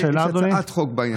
על זה הגשתי הצעת חוק בעניין.